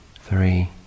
three